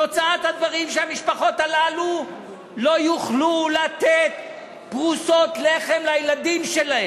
שהמשפחות הללו לא יוכלו לתת פרוסות לחם לילדים שלהן.